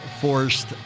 forced